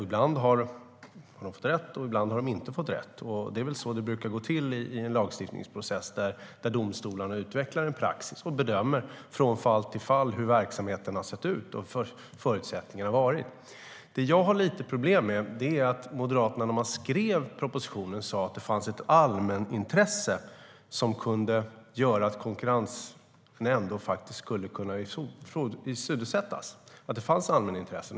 Ibland har de fått rätt, och ibland har de inte fått rätt. Det är väl så det brukar gå till i en lagstiftningsprocess där domstolarna utvecklar en praxis och bedömer från fall till fall hur verksamheterna och förutsättningarna har sett ut. Det jag har lite problem med är att Moderaterna, när de skrev propositionen, sa att det fanns allmänintressen som kunde göra att konkurrenslagen faktiskt skulle kunna åsidosättas.